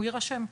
הוא יירשם.